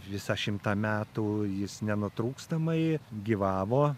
visą šimtą metų jis nenutrūkstamai gyvavo